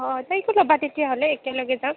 অঁ তাইকো ল'বা তেতিয়া হ'লে একেলগে যাম